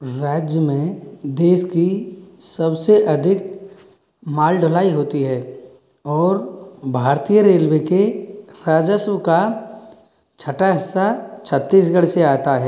राज्य में देश की सबसे अधिक माल ढुलाई होती है और भारतीय रेलवे के राजस्व का छठा हिस्सा छत्तीसगढ़ से आता है